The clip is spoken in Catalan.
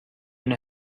una